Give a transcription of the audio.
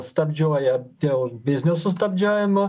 stabčioja dėl biznio stabdžiojimo